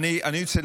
אני בעד שירצחו